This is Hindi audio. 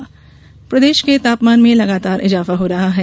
मौसम प्रदेश के तापमान में लगातार इजाफा हो रहा है